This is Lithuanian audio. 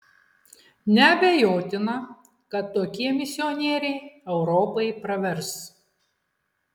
neabejotina kad tokie misionieriai europai pravers